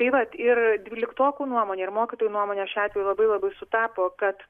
tai vat ir dvyliktokų nuomonė ir mokytojų nuomonės šiuo atveju labai labai sutapo kad